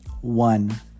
One